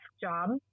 job